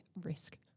risk